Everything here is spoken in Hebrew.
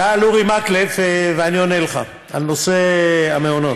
שאל אורי מקלב, ואני עונה לך על נושא המעונות.